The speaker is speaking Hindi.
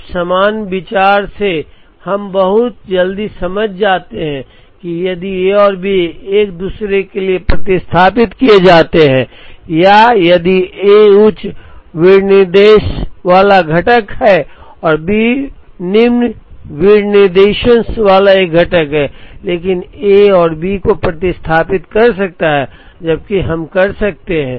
अब समान विचार से हम बहुत जल्दी समझ जाते हैं कि यदि A और B एक दूसरे के लिए प्रतिस्थापित किए जाते हैं या यदि A उच्च विनिर्देशन वाला घटक है और B निम्न विनिर्देशन वाला एक घटक है लेकिन A B को प्रतिस्थापित कर सकता है जबकि हम कर सकते हैं